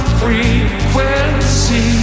frequency